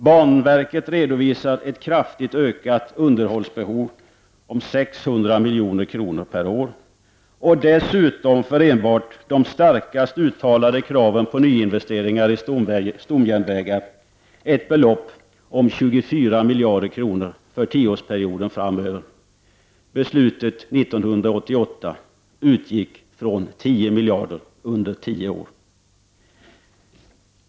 Banverket redovisar ett kraftigt ökat underhållsbehov om 600 miljoner per år och dessutom för enbart de starkast uttalade kraven på nyinvesteringar i stomjärnvägar ett belopp om 24 miljarder kronor för tioårsperioden framöver. Beslutet 1988 utgick från 10 miljarder kronor under tio år.